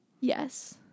Yes